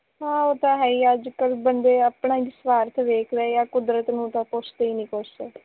ਹਾਂ ਉਹ ਤਾਂ ਹੈ ਹੀ ਅੱਜ ਕਲ੍ਹ ਬੰਦੇ ਆਪਣਾ ਹੀ ਸਵਾਰਥ ਵੇਖ ਰਹੇ ਆ ਕੁਦਰਤ ਨੂੰ ਤਾਂ ਪੁੱਛਦੇ ਹੀ ਨਹੀਂ ਕੁਛ